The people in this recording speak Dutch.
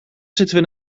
zitten